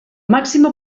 màxima